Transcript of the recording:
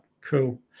cool